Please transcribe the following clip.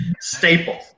staple